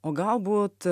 o galbūt